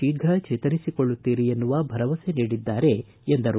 ಶೀಘು ಚೇತರಿಸಿಕೊಳ್ಳುತ್ತೀರಿ ಎನ್ನುವ ಭರವಸೆ ನೀಡಿದ್ದಾರೆ ಎಂದರು